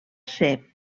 ser